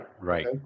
right